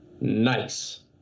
nice